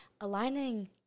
aligning